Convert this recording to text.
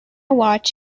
watch